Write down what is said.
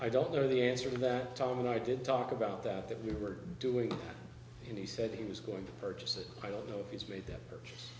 i don't know the answer to that tom and i did talk about that that we were doing and he said he was going to purchase it i don't know if he's made that purchase